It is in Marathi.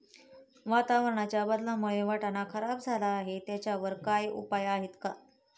वातावरणाच्या बदलामुळे वाटाणा खराब झाला आहे त्याच्यावर काय उपाय आहे का?